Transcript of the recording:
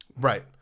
Right